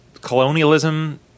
colonialism